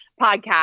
podcast